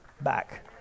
back